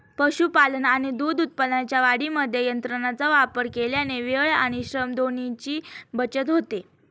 पशुपालन आणि दूध उत्पादनाच्या वाढीमध्ये यंत्रांचा वापर केल्याने वेळ आणि श्रम दोन्हीची बचत होते